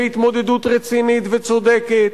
בהתמודדות רצינית וצודקת.